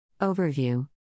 Overview